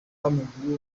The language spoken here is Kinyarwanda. w’amaguru